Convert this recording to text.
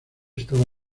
estaba